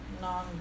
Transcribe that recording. non